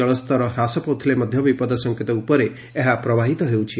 ଜଳସ୍ତର ହ୍ରାସ ପାଉଥିଲେ ମଧ୍ଧ ବିପଦ ସଙ୍କେତ ଉପରେ ଏହା ପ୍ରବାହିତ ହେଉଛି